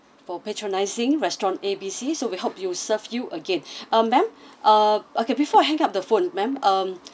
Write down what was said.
for patronising restaurant A B C so we hope we'll serve you again uh ma'am uh okay before I hang up the phone ma'am um